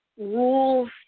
rules